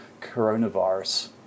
coronavirus